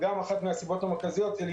כאשר אחת הסיבות המרכזיות היא גם כדי